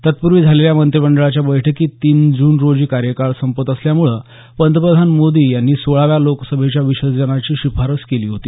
तत्पूर्वी झालेल्या मंत्रीमंडळाच्या बैठकीत तीन जून रोजी कार्यकाळ संपत असल्यामुळं पंतप्रधान मोदी यांनी सोळाव्या लोकसभेच्या विसर्जनाची शिफारस केली होती